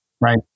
right